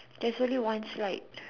there's only one slide